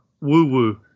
Woo-woo